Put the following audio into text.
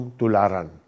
tularan